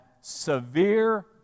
severe